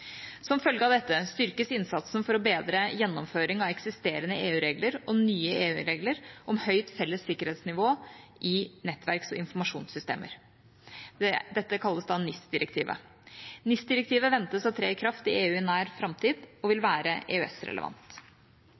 Som følge av dette styrkes innsatsen for å bedre gjennomføring av eksisterende EU-regler og nye EU-regler om høyt felles sikkerhetsnivå i nettverks- og informasjonssystemer. Dette kalles NIS-direktivet. NIS-direktivet ventes å tre i kraft i EU i nær framtid og vil være